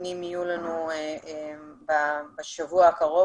נתונים יהיו לנו בשבוע הקרוב,